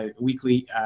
weekly